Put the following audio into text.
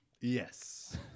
Yes